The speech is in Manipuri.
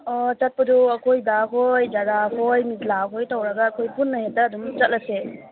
ꯑꯣ ꯆꯠꯄꯗꯣ ꯑꯩꯈꯣꯏ ꯗꯥ ꯍꯣꯏ ꯖꯔꯥ ꯍꯣꯏ ꯂꯥꯛ ꯍꯣꯏ ꯇꯧꯔꯒ ꯑꯩꯈꯣꯏ ꯄꯨꯟꯅ ꯍꯦꯛꯇ ꯑꯗꯨꯝ ꯆꯠꯂꯁꯦ